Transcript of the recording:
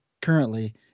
currently